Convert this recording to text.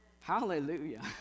Hallelujah